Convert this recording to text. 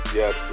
yes